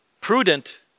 prudent